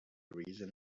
reason